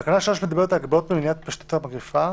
תקנה 3 מדברת על הגבלות למניעת התפשטות המגפה,